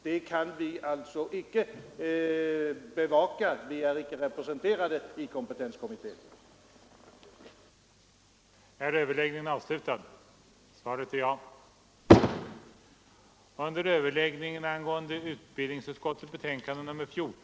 Det kan vi inte bevaka, eftersom vi icke är representerade i den kommittén.